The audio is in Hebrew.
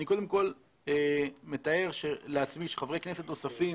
אני קודם כל מתאר לעצמי שחברי כנסת נוספים